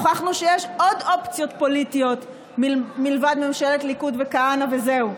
הוכחנו שיש עוד אופציות פוליטיות מלבד ממשלת ליכוד וכהנא וזהו.